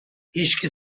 هیشکی